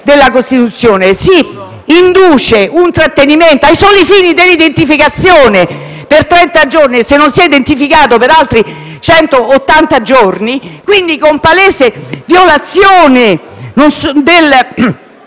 della Costituzione. Si introduce un trattenimento ai soli fini dell'identificazione per trenta giorni e, se non si è identificato, per altri centottanta giorni, con palese violazione di